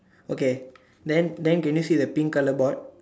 okay then then can you see the pink color board